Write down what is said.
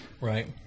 Right